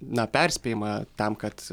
na perspėjimą tam kad